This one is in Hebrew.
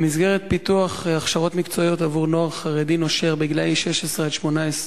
במסגרת פיתוח הכשרות מקצועיות עבור נוער חרדי נושר בגילים 16 18,